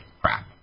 crap